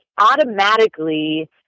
automatically